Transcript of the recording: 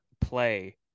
play